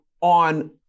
on